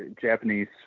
Japanese